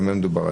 במה מדובר.